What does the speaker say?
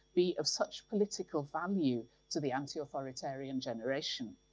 be of such political value to the anti-authoritarian generation?